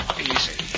Easy